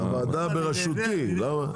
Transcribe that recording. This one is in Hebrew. לוועדה בראשותי.